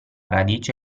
radice